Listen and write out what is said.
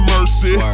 Mercy